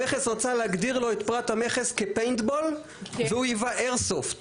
המכס רצה להגדיר לו את פריט המכס כ"פיינטבול" והוא ייבא "איירסופט".